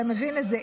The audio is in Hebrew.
אתה מבין את זה.